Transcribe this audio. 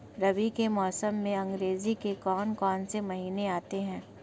रबी के मौसम में अंग्रेज़ी के कौन कौनसे महीने आते हैं?